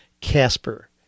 Casper